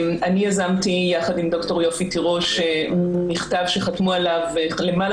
אני יזמתי יחד עם ד"ר יופי תירוש מכתב שחתמו עליו למעלה